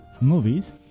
movies